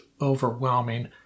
overwhelming